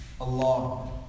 Allah